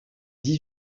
dix